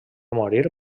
morir